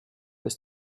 ist